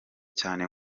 cyane